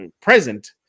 present